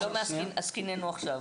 לא מעסקנינו עכשיו.